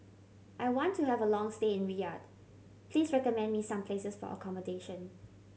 I want to have a long stay in Riyadh please recommend me some places for accommodation